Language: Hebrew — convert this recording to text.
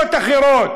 בקבוצות אחרות.